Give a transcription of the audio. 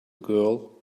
girl